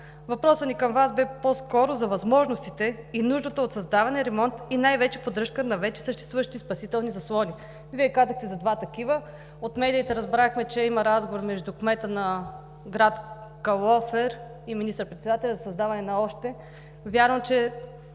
Въпросът ни към Вас бе по-скоро за възможностите и нуждата от създаване, ремонт и най-вече поддръжка на вече съществуващи спасителни заслони. Вие казахте за два такива. От медиите разбрахме, че има разговор между кмета на град Калофер и министър-председателя за създаване на още. Вярно, че